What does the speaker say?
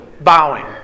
bowing